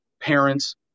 parents